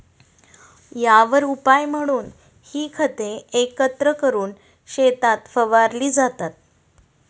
यावर उपाय म्हणून ही खते एकत्र करून शेतात फवारली जातात